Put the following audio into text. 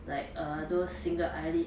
like err those single eyelid